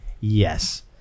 Yes